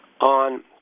on